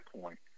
point